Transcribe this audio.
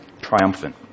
Triumphant